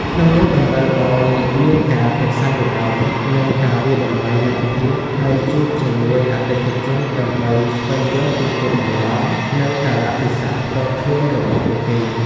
ក្នុងនោះតម្រូវឱ្យមានការ ការប្រឹក្សាយោបល់ និងការវាយតម្លៃលទ្ធភាព ហើយជួបជាមួយអតិថិជនដើម្បីស្វែងយល់ពីគោលបំណង និងកាលៈទេសៈផ្ទាល់ខ្លួនរបស់ពួកគេ។